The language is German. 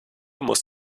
muss